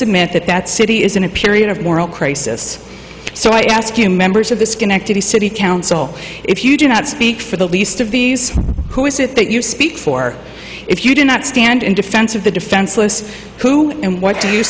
submit that that city is in a period of moral crisis so i ask you members of the schenectady city council if you do not speak for the least of these who is it that you speak for if you do not stand in defense of the defenseless who and what do you